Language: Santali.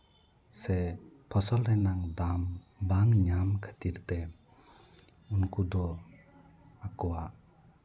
ᱥᱮ ᱯᱷᱚᱥᱚᱞ ᱨᱮᱱᱟᱝ ᱫᱟᱢ ᱵᱟᱝ ᱧᱟᱢ ᱠᱷᱟᱹᱛᱤᱨ ᱛᱮ ᱩᱱᱠᱩ ᱫᱚ ᱟᱠᱚᱣᱟᱜ